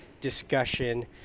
discussion